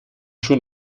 schon